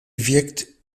wirkt